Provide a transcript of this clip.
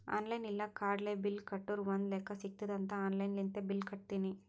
online ಇಲ್ಲ ಕಾರ್ಡ್ಲೆ bill ಕಟ್ಟುರ್ ಒಂದ್ ಲೆಕ್ಕಾ ಸಿಗತ್ತುದ್ ಅಂತ್ ಆನ್ಲೈನ್ ಲಿಂತೆ ಬಿಲ್ ಕಟ್ಟತ್ತಿನಿ